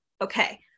Okay